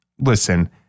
listen